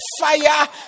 fire